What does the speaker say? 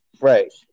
Right